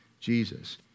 Jesus